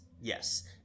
Yes